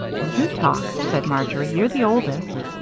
you talk, said marjory you're the oldest.